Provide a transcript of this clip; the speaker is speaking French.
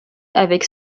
avec